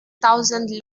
tausend